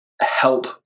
help